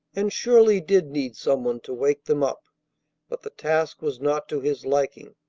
and surely did need some one to wake them up but the task was not to his liking.